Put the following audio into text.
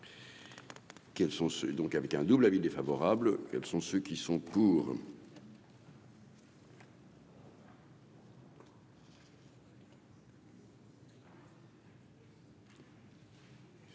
donc avec un double avis défavorable, quels sont ceux qui sont pour.